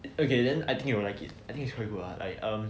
okay then I think you will like it I think it's quite good lah like um